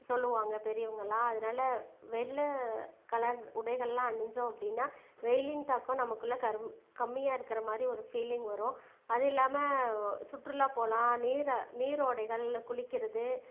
சொல்லுவாங்க பெரியவங்கலாம் எல்லாம் அதனால வெள்ளை கலர் உடைகள்லாம் அணிஞ்சோம் அப்படின்னா வெயிலின் தாக்கம் நமக்குள்ள கரும் கம்மியாக இருக்கிற மாதிரி ஒரு ஃபீலிங் வரும் அது இல்லாமல் சுற்றுலா போகலாம் நீர்ர நீரோடைகள்ல குளிக்கிறது